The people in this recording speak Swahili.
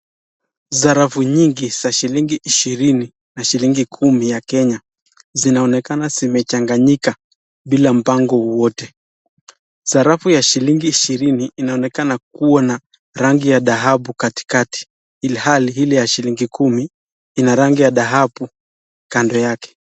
Sarafu nyingi za shilingi ishirini na shilingi kumi ya Kneya zinaonekana zimechanganyika bila mpango wowote, sarafu ya shilingi ishirini inaonekana kuwa na rangi ya dhahabu katikati ilhali ile ya shilingi kumi ina rangi ya dhahabu kando yake.